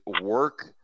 work